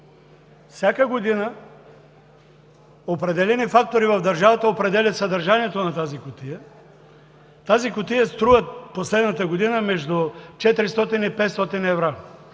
Всяка година определени фактори в държавата определят съдържанието на тази кутия. Последната година тя струва между 400 и 500 евро.